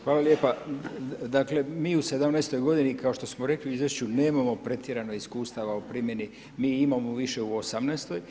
Hvala lijepa, dakle mi u '17. godini kao što smo rekli u izvješću nemamo pretjerano iskustava o primjeni, mi imamo više u '18.